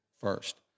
first